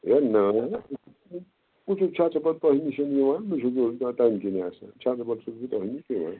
ہے نا بہٕ چھُس چھژٕ بَل تۄہہِ نِش نوان مےٚ چھُ دۄہ آسان چھژٕبَل چھُس بہٕ تۄہہِ نِش نوان